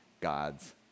God's